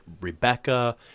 Rebecca